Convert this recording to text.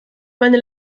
meine